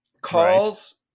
calls